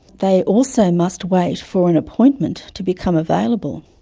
they also must wait for an appointment to become available.